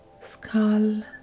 skull